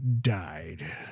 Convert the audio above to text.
died